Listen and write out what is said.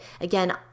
again